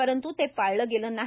परंत् ते पाळले गेले नाही